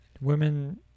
women